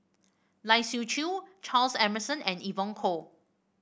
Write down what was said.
Lai Siu Chiu Charles Emmerson and Evon Kow